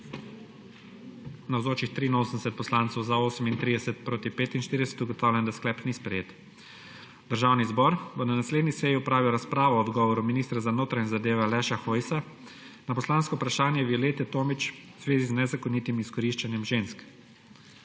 45. (Za je glasovalo 38.) (Proti 45.) Ugotavljam, da sklep ni sprejet. Državni zbor bo na naslednji seji opravil razpravo o odgovoru ministra za notranje zadeve Aleša Hojsa na poslansko vprašanje Violete Tomić v zvezi z nezakonitim izkoriščanjem žensk.